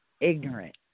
ignorant